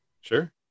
Sure